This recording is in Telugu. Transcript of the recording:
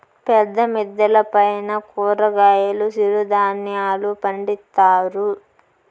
పెద్ద మిద్దెల పైన కూరగాయలు సిరుధాన్యాలు పండిత్తారు